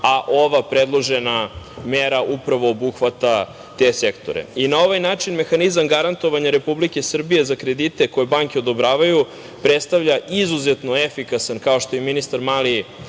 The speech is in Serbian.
a ova predložena mera upravo obuhvata te sektore. Na ovaj način mehanizam garantovanja Republike Srbije za kredite koje banke odobravaju predstavlja izuzetno efikasan mehanizam, kao što je ministar Mali